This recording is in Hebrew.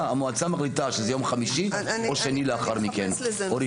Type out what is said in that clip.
המועצה מחליטה שזה יום חמישי או שני לאחר מכן או ראשון.